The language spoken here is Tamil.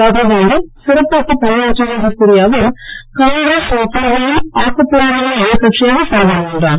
ராகுல்காந்தி சிறப்பாக பணியாற்றியதாகக் கூறிய அவர் காங்கிரஸ் மக்களவையில் ஆக்கப்பூர்வமான எதிர்க்கட்சியாக செயல்படும் என்றார்